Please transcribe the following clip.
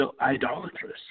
idolatrous